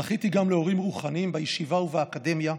זכיתי גם להורים רוחניים בישיבה ובאקדמיה,